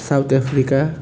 south Africa